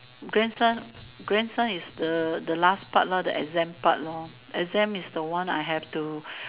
grandson grandson is the the last part lor the exam part lor exam is the one I have to